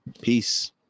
peace